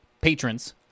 patrons